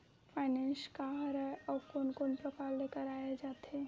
Finance का हरय आऊ कोन कोन प्रकार ले कराये जाथे?